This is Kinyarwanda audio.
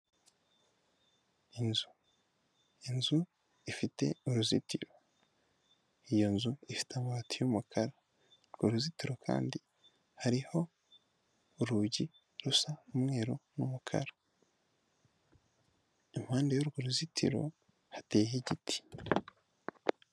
Inzu, inzu ifite uruzitiro, iyo nzu ifite amabati y'umukara urwo ruzitiro kandi hariho urugi rusa umweru n'umukara, impande y'urwo ruzitiro hateyeho igiti